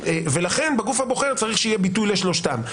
ולכן בגוף הבוחר צריך שיהיה ביטוי לשלושתם.